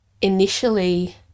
initially